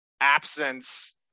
absence